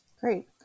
Great